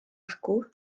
acw